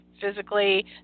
physically